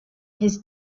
his